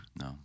No